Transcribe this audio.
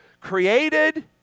created